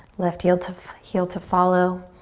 left heel to heel to follow.